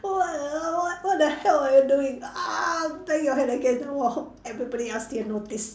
what the what the hell are you doing bang your head against the wall everybody else they notice